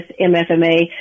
MFMA